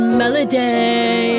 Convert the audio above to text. melody